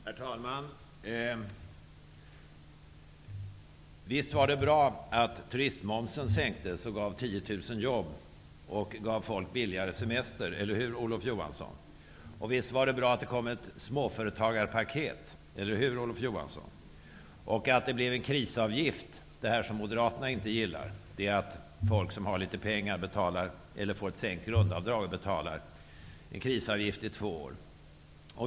Herr talman! Visst var det bra att turistmomsen sänktes och gav 10 000 jobb och billigare semestrar, Eller hur, Olof Johansson. Visst var det bra att det kom ett småföretagarpaket. Eller hur Olof Johansson? Visst var det bra att det blev en krisavgift, vilket Moderaterna inte gillar, dvs. att folk som har litet pengar får ett sänkt grundavdrag och får betala en krisavgift under två år.